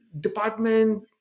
department